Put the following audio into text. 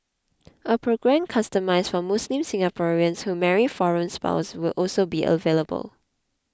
a programme customised for Muslim Singaporeans who marry foreign spouses will also be available